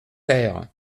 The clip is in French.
ter